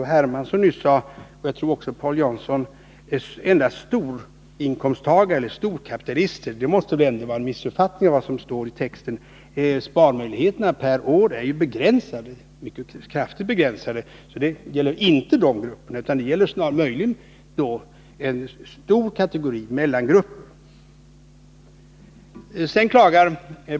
Hermansson och jag tror också Paul Jansson sade, skulle gynna endast storinkomsttagare, storkapitalister, måste väl ändå vara en missuppfattning av vad som står i texten. Sparmöjligheterna per år är ju kraftigt begränsade. Nr 45 Reglerna gynnar därför inte de grupperna utan snarare den stora mellangruppen inkomsttagare.